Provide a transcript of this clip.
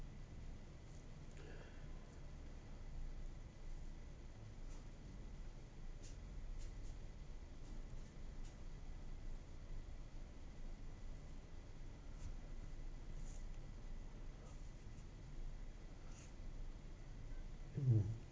mm